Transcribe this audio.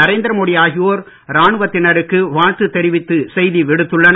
நரேந்திர மோடி ஆகியோர் ராணுவத்தினருக்கு வாழ்த்து தெரிவித்து செய்தி விடுத்துள்ளனர்